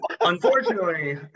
unfortunately